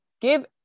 give